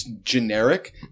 generic